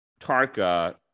Tarka